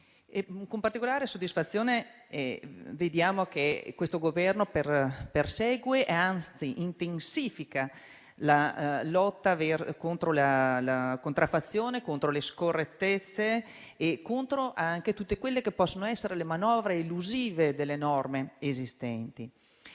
Con particolare soddisfazione vediamo che questo Governo persegue e anzi intensifica la lotta contro la contraffazione, contro le scorrettezze e contro tutte le possibili manovre elusive delle norme esistenti.